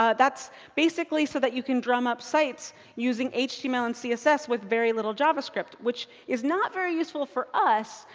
ah that's basically so that you can drum up sites using html and css with very little javascript. which is not very useful for us,